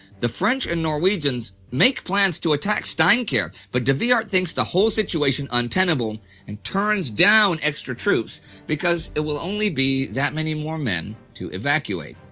the french and norwegians make plans to attack steinkjer but de wiart thinks the whole situation untenable and turns down extra troops because it will only be that many more men to evacuate.